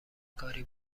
کاری